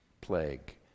plague